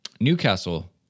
Newcastle